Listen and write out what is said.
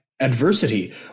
adversity